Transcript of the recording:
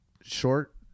Short